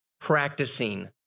practicing